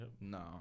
no